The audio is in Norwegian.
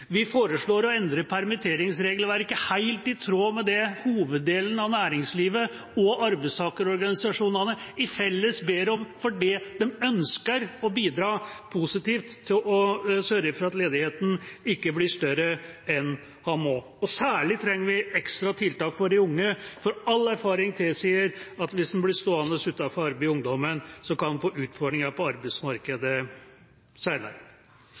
Vi foreslår å endre permitteringsregelverket, helt i tråd med det hoveddelen av næringslivet og arbeidstakerorganisasjonene i fellesskap ber om, fordi de ønsker å bidra positivt til å sørge for at ledigheten ikke blir større enn den må. Særlig trenger vi ekstra tiltak for de unge, for all erfaring tilsier at hvis en blir stående utenfor arbeid i ungdommen, kan en få utfordringer på arbeidsmarkedet